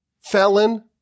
felon